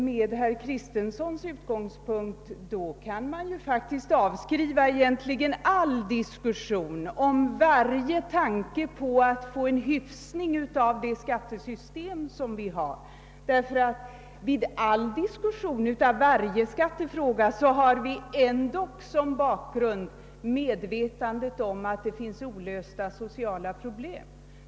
Med herr Kristensons utgångspunkt kan man egentligen avskriva varje tanke på att få till stånd en hyfsning av det skattesystem vi har. Vid alla diskussioner om varje skattefråga är vi ändå medvetna om att det finns olösta sociala problem.